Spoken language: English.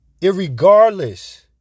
Irregardless